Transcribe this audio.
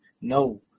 no